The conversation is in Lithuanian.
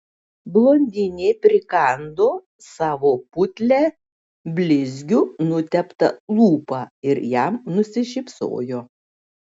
blondinė prikando savo putlią blizgiu nuteptą lūpą ir jam nusišypsojo